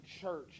church